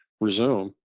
resume